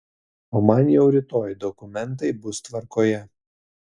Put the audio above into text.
o man jau rytoj dokumentai bus tvarkoje